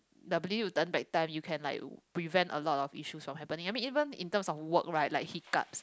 the ability to turn back time you can like prevent a lot of issues from happening I mean even in terms of work right like hiccups